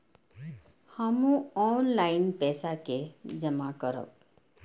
हमू ऑनलाईनपेसा के जमा करब?